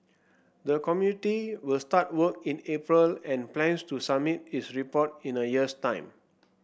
the committee will start work in April and plans to submit its report in a year's time